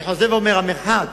אני חוזר ואומר, המרחק